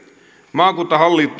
maakuntahallintoa